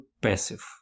passive